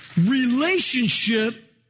relationship